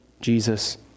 Jesus